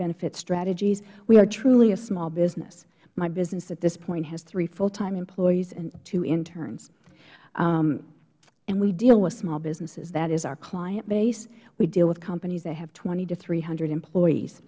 strategies we are truly a small business my business at this point has three full time employees and two interns and we deal with small businesses that is our client base we deal with companies that have twenty to three hundred employees